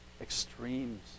extremes